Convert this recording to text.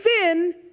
sin